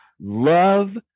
love